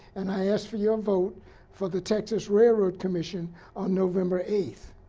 and i ask for your vote for the texas railroad commission on november eighth.